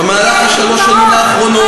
במהלך שלוש השנים האחרונות, אל תיתן לי דוגמאות.